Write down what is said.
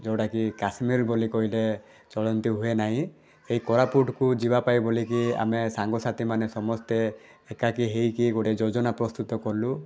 ଯେଉଁଟାକି କାଶ୍ମୀର ବୋଲି କହିଲେ ଚଳନ୍ତି ହୁଏ ନାହିଁ ଏଇ କୋରାପୁଟକୁ ଯିବାପାଇଁ ବୋଲିକି ଆମେ ସାଙ୍ଗସାଥି ମାନେ ସମସ୍ତେ ଏକାଠି ହେଇକି ଗୋଟେ ଯୋଜନା ପ୍ରସ୍ତୁତ କଲୁ